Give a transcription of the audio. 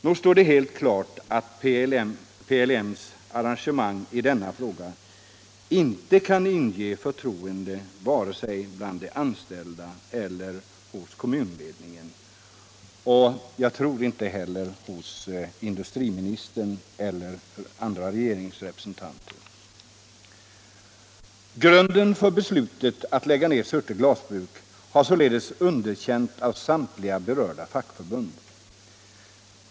Nog står det helt klart att PLM:s agerande i denna fråga inte kan inge förtroende vare sig bland de anställda eller hos kommunledningen — och jag tror inte heller hos industriministern eller andra regeringsrepresentanter. Grunden för beslutet att lägga ned Surte glasbruk har således underkänts av samtliga berörda fackförbund.